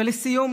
ולסיום,